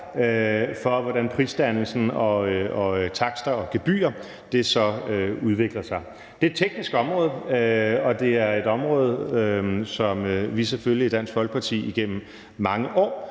for, hvordan prisdannelsen, takster og gebyrer udvikler sig. Det er et teknisk område, og det er et område, som vi selvfølgelig i Dansk Folkeparti igennem mange år